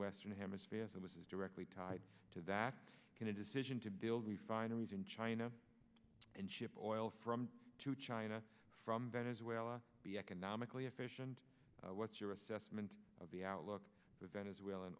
western hemisphere so much is directly tied to that decision to build refineries in china and ship oil from to china from venezuela be economically efficient what's your assessment of the outlook for venezuelan